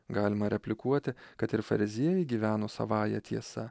galima replikuoti kad ir fariziejai gyveno savąja tiesa